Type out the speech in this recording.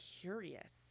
curious